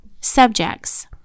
subjects